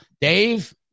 Dave